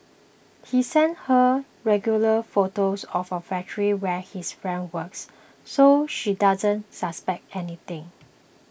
he sends her regular photos of a factory where his friend works so she doesn't suspect anything